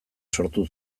sortu